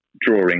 drawing